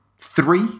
three